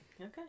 Okay